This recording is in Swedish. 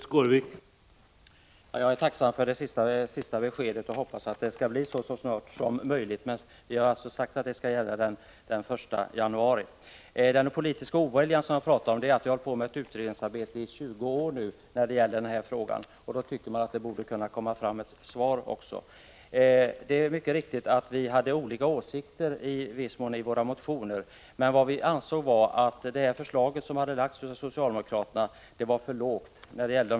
Herr talman! Jag är tacksam för det senaste beskedet. Jag hoppas att det skall ge resultat så snart som möjligt. Vi har alltså sagt att bestämmelserna skall gälla från den 1 januari 1986. Beträffande den politiska oviljan är det faktiskt så att man nu hållit på med utredningsarbete i den här frågan i 20 år. Då tyckte vi att man borde kunna komma fram till någonting också. Det är mycket riktigt att vi i viss mån hade olika åsikter i våra motioner. Vi ansåg att nivån i det förslag som hade lagts fram av socialdemokraterna var för låg.